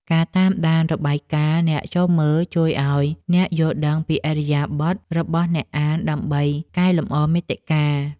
ការតាមដានរបាយការណ៍អ្នកចូលមើល ជួយឱ្យអ្នកយល់ដឹងពីឥរិយាបថរបស់អ្នកអានដើម្បីកែលម្អមាតិកា។